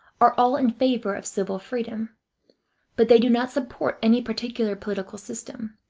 are all in favor of civil freedom but they do not support any particular political system.